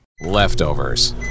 Leftovers